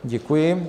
Děkuji.